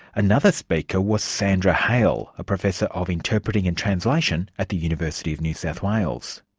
another speaker was sandra hale, a professor of interpreting and translation at the university of new south wales.